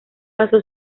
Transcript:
pasó